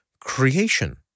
creation